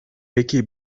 peki